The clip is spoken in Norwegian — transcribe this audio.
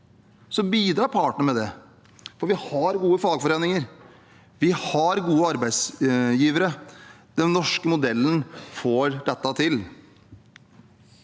bidrar partene med det. Vi har gode fagforeninger, vi har gode arbeidsgivere. Den norske modellen får dette til.